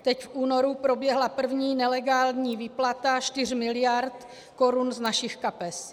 Teď v únoru proběhla první nelegální výplata 4 mld. korun z našich kapes.